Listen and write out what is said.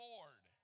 Lord